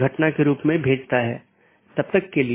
1 open message दो सहकर्मी nodes के बीच एक BGP सत्र स्थापित करता है